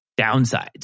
downsides